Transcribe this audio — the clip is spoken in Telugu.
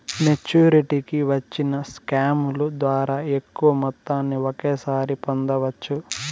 మెచ్చురిటీకి వచ్చిన స్కాముల ద్వారా ఎక్కువ మొత్తాన్ని ఒకేసారి పొందవచ్చు